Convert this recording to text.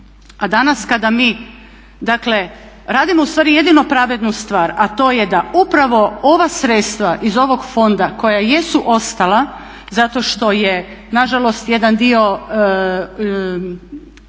A danas kada mi, dakle radimo ustvari jedino pravednu stvar, a to je da upravo ova sredstva iz ovog fonda koja jesu ostala zato što je nažalost jedan dio